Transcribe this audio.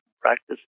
practice